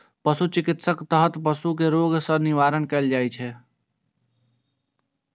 पशु चिकित्साक तहत पशु कें रोग सं निवारण कैल जाइ छै